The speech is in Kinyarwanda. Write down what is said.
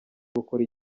gukora